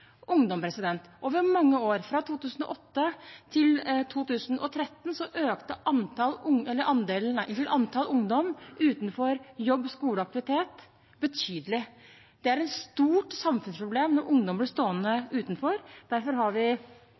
ungdom: Over mange år, fra 2008 til 2013, økte antall ungdom utenfor jobb, skole og aktivitet betydelig. Det er et stort samfunnsproblem når ungdom blir stående utenfor. Derfor har vi